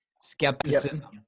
skepticism